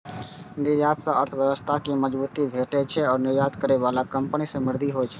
निर्यात सं अर्थव्यवस्था कें मजबूती भेटै छै आ निर्यात करै बला कंपनी समृद्ध होइ छै